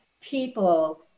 people